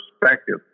perspective